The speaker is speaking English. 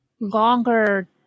longer